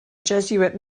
jesuit